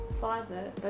father